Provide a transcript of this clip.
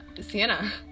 Sienna